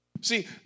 See